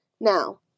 Now